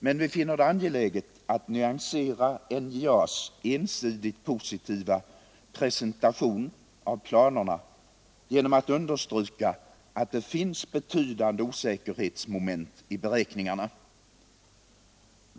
Men vi finner det angeläget att nyansera NJA:s ensidigt positiva presentation av planerna genom att understryka att det finns betydande osäkerhetsmoment i beräkningarna.